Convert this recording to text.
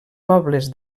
pobles